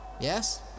Yes